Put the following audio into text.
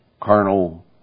carnal